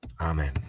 Amen